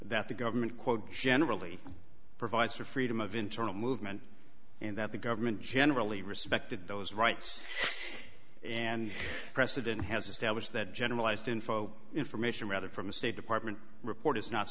that the government quote generally provides for freedom of internal movement and that the government generally respected those rights and precedent has established that generalized info information rather from the state department report is not